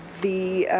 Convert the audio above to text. the